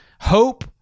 hope